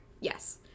Yes